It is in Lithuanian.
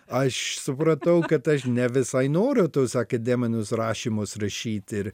aš supratau kad aš ne visai noriu tuos akademinius rašymus rašyt ir